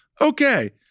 okay